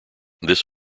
this